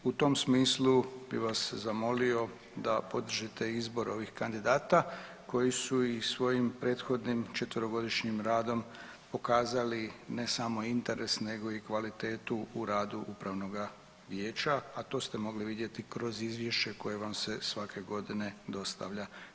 U tom smislu bih vas zamolio da podržite izbor ovih kandidata koji su i svojim prethodnim četverogodišnjim radom pokazali ne samo interes nego i kvalitetu u radu upravnoga vijeća, a to ste mogli vidjeti kroz izvješće koje vam se svake godine dostavlja.